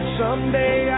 someday